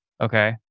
Okay